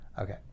Okay